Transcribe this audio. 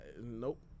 Nope